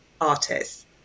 artists